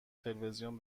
تلویزیون